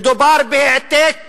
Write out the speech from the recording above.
מדובר בהעתק